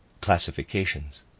classifications